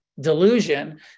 delusion